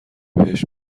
بهش